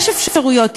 יש אפשרויות,